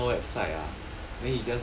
china website ah